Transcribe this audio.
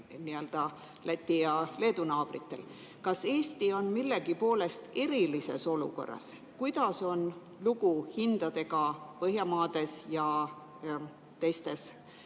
Läti ja Leedu naabritel. Kas Eesti on millegi poolest erilises olukorras? Kuidas on lugu hindadega Põhjamaades ja teistes